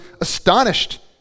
astonished